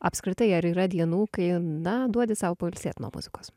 apskritai ar yra dienų kai na duodi sau pailsėt nuo muzikos